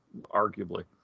Arguably